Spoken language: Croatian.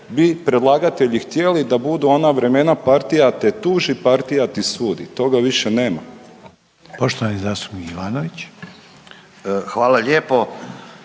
bi predlagatelji htjeli da budu ona vremena partija te tuži, partija ti sudi. Toga više nema. **Reiner, Željko